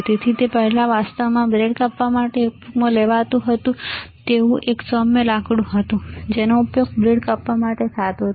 તેથી તે પહેલાં વાસ્તવમાં બ્રેડ કાપવા માટે ઉપયોગમાં લેવાતું હતું તે એક સૌમ્ય લાકડું હતું જેનો ઉપયોગ બ્રેડને કાપવા માટે થાય છે